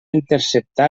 interceptar